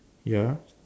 ya